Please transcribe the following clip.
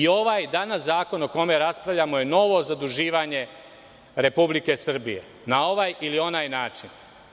Ovaj zakon o kome danas raspravljamo je novo zaduživanje Republike Srbije na ovaj ili onaj način.